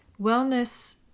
Wellness